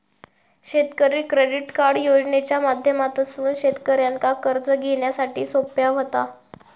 शेतकरी credit card योजनेच्या माध्यमातसून शेतकऱ्यांका कर्ज घेण्यासाठी सोप्या व्हता